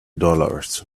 dollars